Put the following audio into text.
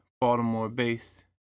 Baltimore-based